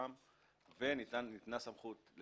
בא לשכונה",